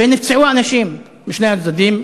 ונפצעו אנשים משני הצדדים,